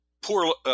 Poor